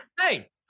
Hey